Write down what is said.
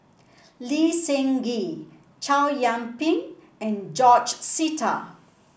Lee Seng Gee Chow Yian Ping and George Sita